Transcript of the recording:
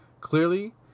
Clearly